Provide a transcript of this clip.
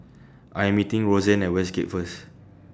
I Am meeting Roseann At Westgate First